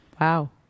Wow